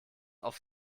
auf